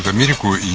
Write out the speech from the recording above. ah medical